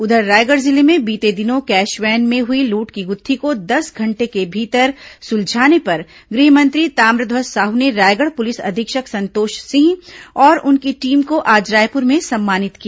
उधर रायगढ़ जिले में बीते दिनों कैश वैन में हुई लूट की गुत्थी को दस घंटे के भीतर सुलझाने पर गृह मंत्री ताम्रध्वज साहू ने रायगढ़ पुलिस अधीक्षक संतोष सिंह और उनकी टीम को आज रायपुर में सम्मानित किया